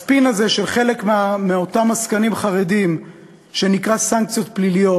הספין הזה של חלק מאותם עסקנים חרדים שנקרא "סנקציות פליליות"